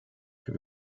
für